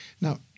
Now